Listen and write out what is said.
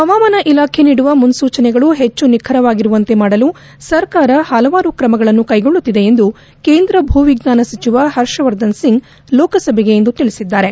ಹವಾಮಾನ ಇಲಾಖೆ ನೀಡುವ ಮುನ್ನೂಚನೆಗಳು ಹೆಚ್ಚು ನಿಖರವಾಗಿರುವಂತೆ ಮಾಡಲು ಸರ್ಕಾರ ಹಲವಾರು ಕ್ರಮಗಳನ್ನು ಕೈಗೊಳ್ಳುತ್ತಿದೆ ಎಂದು ಕೇಂದ್ರ ಭೂವಿಜ್ಞಾನ ಸಚಿವ ಹರ್ಷವರ್ಧನ್ ಸಿಂಗ್ ಲೋಕಸಭೆಗೆ ಇಂದು ತಿಳಿಸಿದ್ದಾರೆ